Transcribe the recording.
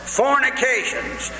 fornications